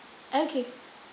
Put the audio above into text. okay